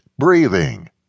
BREATHING